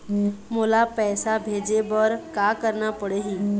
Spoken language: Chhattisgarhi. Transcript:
मोला पैसा भेजे बर का करना पड़ही?